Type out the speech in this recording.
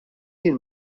jien